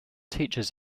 teaches